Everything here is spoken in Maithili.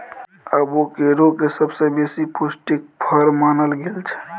अबोकेडो केँ सबसँ बेसी पौष्टिक फर मानल गेल छै